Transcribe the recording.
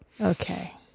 Okay